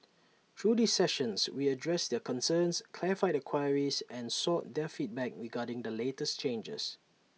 through these sessions we addressed their concerns clarified their queries and sought their feedback regarding the latest changes